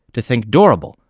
to think durable,